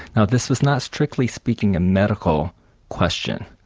now this was not strictly speaking a medical question,